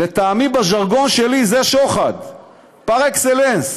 לטעמי, בז'רגון שלי, זה שוחד פר אקסלנס.